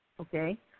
Okay